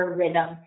rhythm